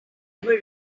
ever